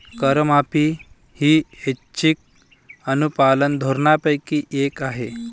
करमाफी ही ऐच्छिक अनुपालन धोरणांपैकी एक आहे